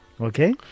Okay